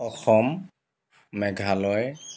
Assam Meghalaya